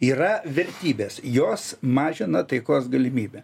yra vertybės jos mažina taikos galimybę